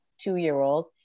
two-year-old